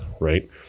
right